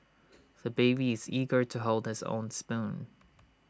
the baby is eager to hold his own spoon